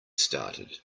started